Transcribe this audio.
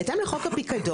בהתאם לחוק הפיקדון,